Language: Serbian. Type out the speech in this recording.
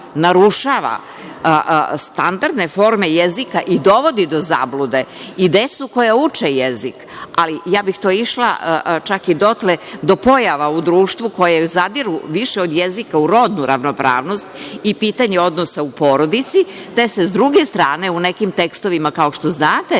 standardne forme jezika i dovodi do zablude i decu koja uče jezik. Ja bih išla čak i dotle do pojava u društvu koje zadiru više od jezika u rodnu ravnopravnosti i pitanja odnosa u porodici, gde se sa druge strane u nekim tekstovima, kao što znate,